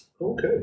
okay